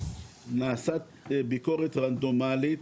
נעשית ביקורת רנדומלית.